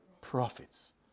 Prophets